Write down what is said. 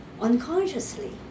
unconsciously